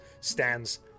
stands